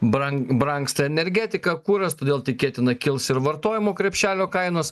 brang brangsta energetika kuras todėl tikėtina kils ir vartojimo krepšelio kainos